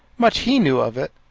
much he knew of it!